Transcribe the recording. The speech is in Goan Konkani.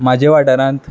म्हाजे वाठारांत